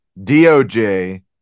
DOJ